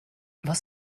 was